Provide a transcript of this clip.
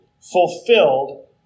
fulfilled